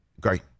Great